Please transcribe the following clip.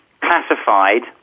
classified